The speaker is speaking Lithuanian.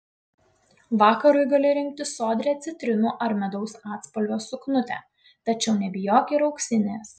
vakarui gali rinktis sodrią citrinų ar medaus atspalvio suknutę tačiau nebijok ir auksinės